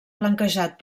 flanquejat